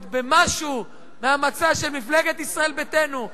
במשהו על המצע של מפלגת ישראל ביתנו.